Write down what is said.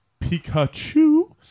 Pikachu